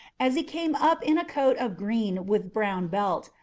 as he came up in coat of green with brown belt,